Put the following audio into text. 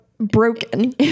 Broken